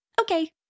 Okay